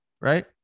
right